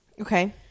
Okay